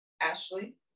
Ashley